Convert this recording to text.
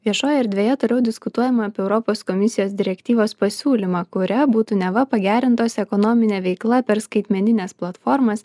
viešojoj erdvėje toliau diskutuojama apie europos komisijos direktyvos pasiūlymą kuria būtų neva pagerintos ekonominė veikla per skaitmenines platformas